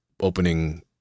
opening